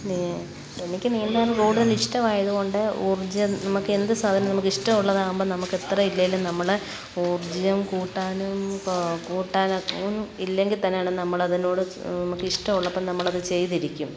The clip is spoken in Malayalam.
നീ എനിക്ക് നീന്താൻ കൂടുതൽ ഇഷ്ടമായതുകൊണ്ട് ഊർജ്ജം നമുക്ക് എന്തു സാധനം നമുക്ക് ഇഷ്ടമുള്ളതാകുമ്പം നമുക്ക് എത്ര ഇല്ലെങ്കിലും നമ്മൾ ഊർജ്ജം കൂട്ടാനും ഇപ്പോൾ കൂട്ടാനൊക്കെ ഇല്ലെങ്കിൽ തന്നെയാണ് നമ്മളതിനോട് നമുക്കിഷ്ടമുള്ളപ്പോൾ നമ്മളതു ചെയ്തിരിക്കും